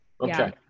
Okay